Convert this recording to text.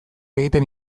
egiten